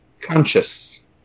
Conscious